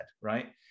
right